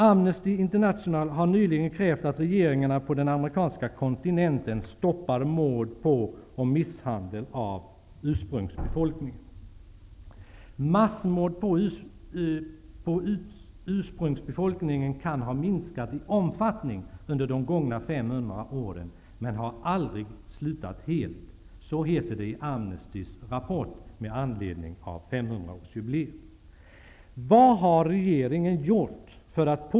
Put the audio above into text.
Amnesty International har nyligen krävt att regeringarna på den amerikanska kontinenten stoppar mord på och misshandel av ursprungsbefolkningen. ''Massmord på ursprungsbefolkningen kan ha minskat i omfattning under de gångna 500 åren, men har aldrig slutat helt'', heter det i Amnestys rapport med anledning av 500-årsjubileet.